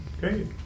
Great